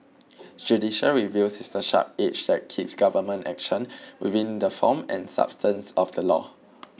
judicial review is the sharp edge that keeps government action within the form and substance of the law